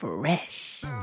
Fresh